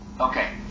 Okay